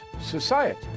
society